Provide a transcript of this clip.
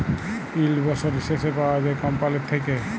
yield বসরের শেষে পাউয়া যায় কম্পালির থ্যাইকে